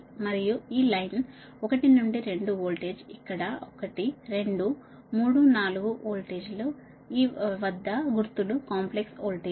మరియు ఈ లైన్ 1 నుండి రెండు వోల్టేజ్ ఇక్కడ 1 రెండు 3 4 వోల్టేజ్ ఈ వద్ద గుర్తులు కాంప్లెక్స్ వోల్టేజ్